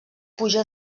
puja